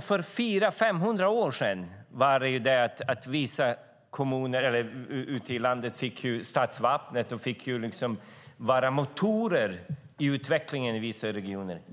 För 400-500 år sedan fick man ute i landet statsvapnet och fick vara motorer i utvecklingen i vissa regioner.